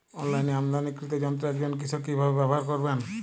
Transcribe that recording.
অনলাইনে আমদানীকৃত যন্ত্র একজন কৃষক কিভাবে ব্যবহার করবেন?